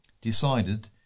decided